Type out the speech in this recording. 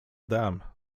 dam